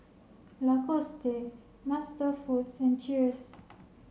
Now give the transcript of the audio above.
Lacoste MasterFoods and Cheers